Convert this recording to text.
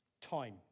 Time